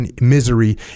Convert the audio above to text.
misery